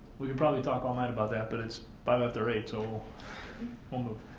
we could probably talk all night about that, but it's five after eight, so we'll move.